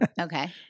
okay